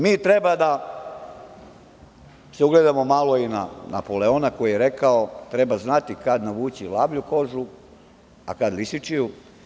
Mi treba da se ugledamo malo i na Napoleona, koji je rekao – treba znati kada navući lavlju kožu, a kada lisičiju.